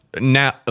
now